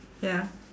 ya